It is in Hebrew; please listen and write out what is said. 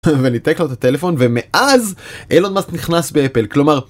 וניתק לו את הטלפון, ומאז אילון מאסק נכנס באפל, כלומר...